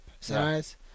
size